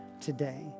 today